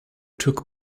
took